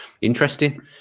interesting